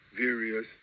various